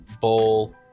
Bowl